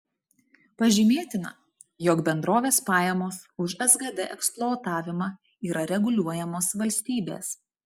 pažymėtina jog bendrovės pajamos už sgd eksploatavimą yra reguliuojamos valstybės